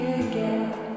again